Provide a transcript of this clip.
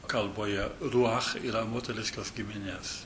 kalboje ruach yra moteriškos giminės